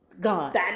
God